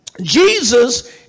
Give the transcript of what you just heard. Jesus